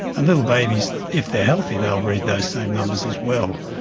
and little babies, if they are healthy they will read those same numbers as well.